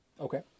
Okay